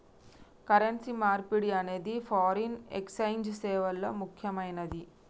currency మార్పిడి అనేది foreign exchange సేవల్లో ముక్కెమైనది